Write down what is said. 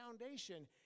foundation